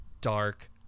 dark